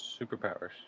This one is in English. superpowers